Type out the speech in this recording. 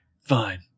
fine